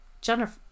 Jennifer